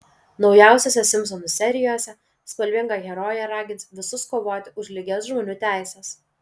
naujausiose simpsonų serijose spalvinga herojė ragins visus kovoti už lygias žmonių teises